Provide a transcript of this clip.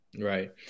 Right